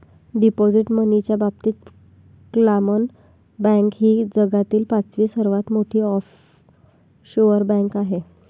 deposit मनीच्या बाबतीत क्लामन बँक ही जगातील पाचवी सर्वात मोठी ऑफशोअर बँक आहे